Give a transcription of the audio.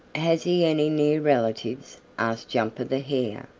has he any near relatives? asked jumper the hare.